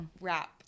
rap